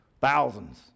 Thousands